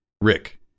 Rick